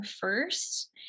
first